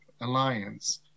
Alliance